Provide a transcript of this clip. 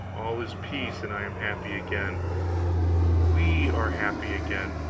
all is peace, and i am happy again we are happy again,